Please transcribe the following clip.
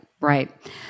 right